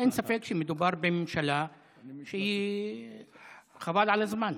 אין ספק שמדובר בממשלה שהיא חבל על הזמן.